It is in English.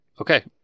Okay